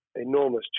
enormous